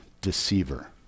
deceiver